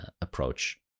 approach